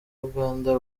uganda